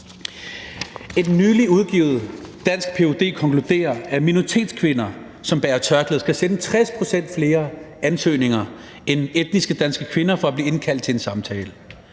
En nyligt udgivet dansk ph.d. konkluderer, at minoritetskvinder, som bærer tørklæde, skal sende 60 pct. flere ansøgninger end etniske danske kvinder for at blive indkaldt til en samtale.